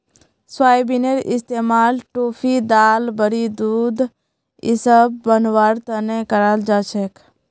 सोयाबीनेर इस्तमाल टोफू दाल बड़ी दूध इसब बनव्वार तने कराल जा छेक